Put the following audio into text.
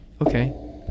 Okay